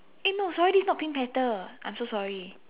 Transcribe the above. eh no sorry this is not pink panther I'm so sorry